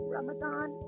Ramadan